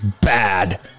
bad